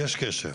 יש קשר.